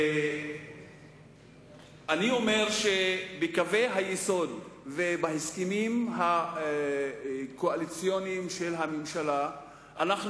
אני אומר שבקווי היסוד ובהסכמים הקואליציוניים של הממשלה אנחנו